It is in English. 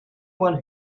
one